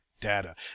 data